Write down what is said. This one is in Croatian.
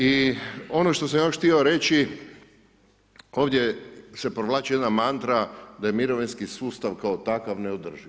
I ono što sam još htio reći, ovdje se provlači jedna mantra da je mirovinski sustav kao takav neodrživ.